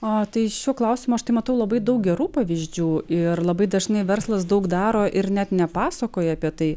o tai šiuo klausimu aš tai matau labai daug gerų pavyzdžių ir labai dažnai verslas daug daro ir net nepasakoja apie tai